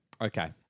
Okay